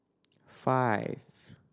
five